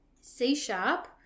C-sharp